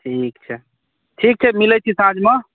ठीक छै ठीक छै मिलै छी साँझमे